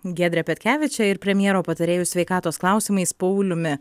giedre petkeviče ir premjero patarėju sveikatos klausimais pauliumi